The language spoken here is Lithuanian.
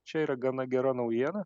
čia yra gana gera naujiena